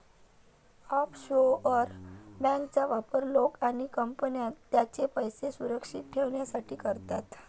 offshore बँकांचा वापर लोक आणि कंपन्या त्यांचे पैसे सुरक्षित ठेवण्यासाठी करतात